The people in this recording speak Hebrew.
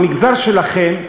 המגזר שלכם,